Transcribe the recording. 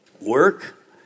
Work